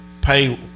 pay